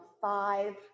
five